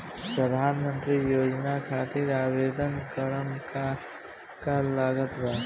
प्रधानमंत्री योजना खातिर आवेदन करम का का लागत बा?